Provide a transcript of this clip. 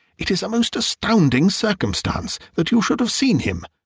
it is a most astounding circumstance that you should have seen him,